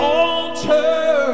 altar